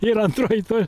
yr antroji to